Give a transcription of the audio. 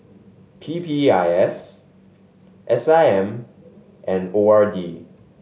P P I S S I M and O R D